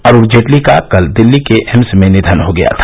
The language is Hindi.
अरूण जेटली का कल दिल्ली के एम्स में निधन हो गया था